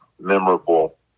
memorable